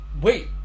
Wait